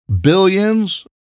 billions